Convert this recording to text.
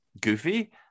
goofy